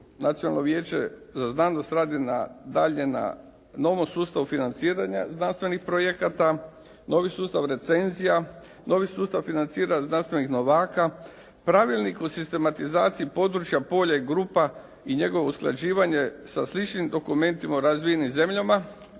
Nacionalno vijeće za znanost radi dalje na novom sustavu financiranja znanstvenih projekata, novi sustav recenzija, novi sustav financiranja znanstvenih novaka, pravilnik o sistematizaciji područja, polja i grupa i njegovo usklađivanje sa sličnim dokumentima u razvijenim zemljama.